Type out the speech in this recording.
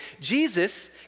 Jesus